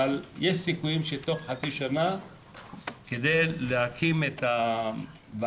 אבל יש סיכויים שתוך חצי שנה להקים את ועדת